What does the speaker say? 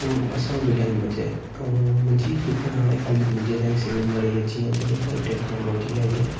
को असां बि टाइम बचे ऐं मुंहिंजी दुकान हाणे ख़ाली मुंहिंजे ताईं सीमित न रही आहे जीअं जॾहिं खां ई टैक्नोलॉजी आई आहे